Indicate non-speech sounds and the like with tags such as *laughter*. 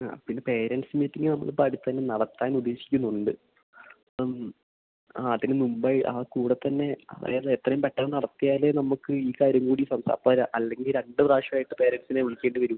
ആ പിന്നെ parents meeting നമ്മളിപ്പം അടുത്തുതന്നെ നടത്താനുദ്ദേശിക്കുന്നുണ്ട് മ് ആ അതിന് മുമ്പായി ആ കൂടെത്തന്നെ അതായത് എത്രയും പെട്ടെന്ന് നടത്തിയാൽ നമുക്ക് ഈ കാര്യം കൂടി *unintelligible* പോരാ അല്ലെങ്കിൽ രണ്ട് പ്രാവശ്യമായിട്ട് പേരൻസിനെ വിളിക്കേണ്ടി വരും